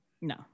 No